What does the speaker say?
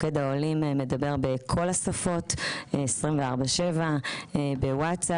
מוקד העולים מדבר בכל השפות 24/7 בוואטסאפ